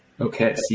Okay